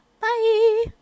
Bye